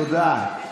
תודה.